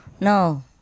no